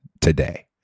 today